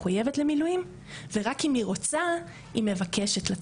מחויבת למילואים ורק אם היא רוצה היא מבקשת לצאת?